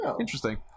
interesting